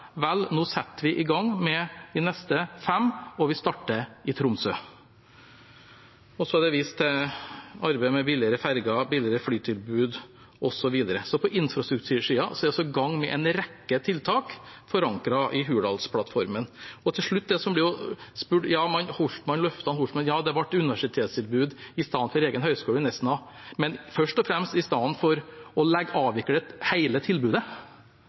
Vel, nå setter vi i gang med de neste fem, og vi starter i Tromsø. Og det er vist til arbeidet med billigere ferger, billigere flytilbud osv., så på infrastruktursiden er vi i gang med en rekke tiltak forankret i Hurdalsplattformen. Til slutt ble det spurt: Holdt man løftene? Ja, det ble universitetstilbud i stedet for egen høyskole i Nesna, men først og fremst i stedet for å avvikle hele tilbudet.